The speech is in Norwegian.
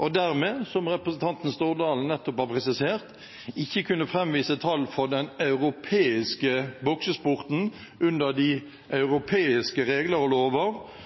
og der man – som representanten Stordalen nettopp har presisert – ikke kunne framvise tall for den europeiske boksesporten under de europeiske regler og lover,